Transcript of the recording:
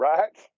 Right